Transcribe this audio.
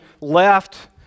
left